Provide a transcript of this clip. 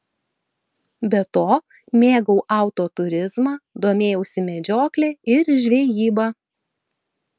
be to mėgau autoturizmą domėjausi medžiokle ir žvejyba